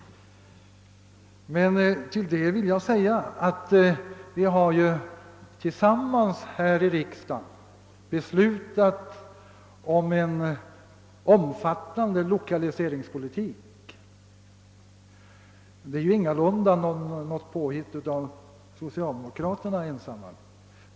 Vi har dock, herr statsråd, här i riksdagen tillsammans beslutat en omfattande lokaliseringspolitik. Den är ingalunda ett påhitt av socialdemokraterna ensamma.